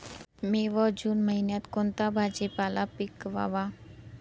मे व जून महिन्यात कोणता भाजीपाला पिकवावा?